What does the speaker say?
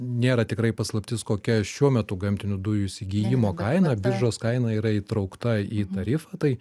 nėra tikrai paslaptis kokia šiuo metu gamtinių dujų įsigijimo kaina biržos kaina yra įtraukta į tarifą tai